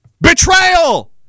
Betrayal